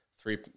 three